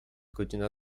godzina